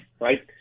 right